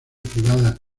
privada